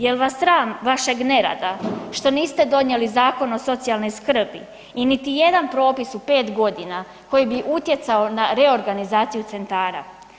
Jel vas sram vašeg nerada što niste donijeli Zakon o socijalnoj skrbi i niti jedan propis u 5 g. koji bi utjecao na reorganizaciju centara?